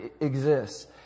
exists